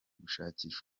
gushakira